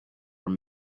were